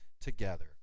together